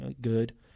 good